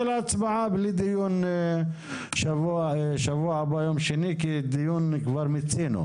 להצבעה ביום שני בשבוע הבא ללא דיון כי הדיון כבר מוצה,